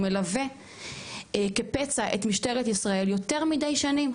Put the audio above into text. מלווה כפצע את משטרת ישראל יותר מידי שנים.